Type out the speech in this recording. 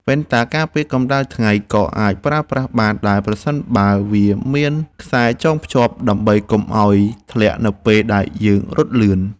វ៉ែនតាការពារកម្តៅថ្ងៃក៏អាចប្រើប្រាស់បានដែរប្រសិនបើវាមានខ្សែចងភ្ជាប់ដើម្បីកុំឱ្យធ្លាក់នៅពេលដែលយើងរត់លឿន។